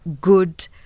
good